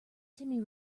timmy